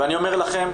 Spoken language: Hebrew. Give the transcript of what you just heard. ואני אומר לכם,